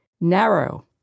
narrow